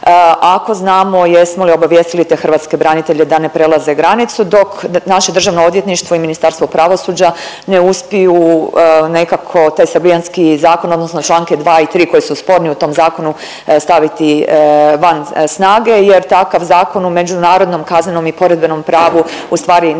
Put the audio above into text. Ako znamo, jesmo li obavijestili te hrvatske branitelje da ne prelaze granicu, dok naše Državno odvjetništvo i Ministarstvo pravosuđa ne uspiju nekako taj srbijanski zakon odnosno čl. 2 i 3 koji su sporni u tom zakonu, staviti van snage jer takav zakon u međunarodnom kaznenom i poredbenom pravu u stvari ne